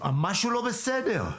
משהו לא בסדר.